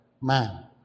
man